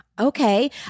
okay